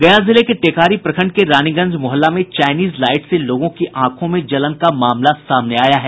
गया जिले के टेकारी प्रखंड के रानीगंज मुहल्ला में चाईनीज लाईट से लोगों की आंखों में जलन का मामला सामने आया है